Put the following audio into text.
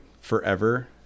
forever